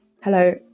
hello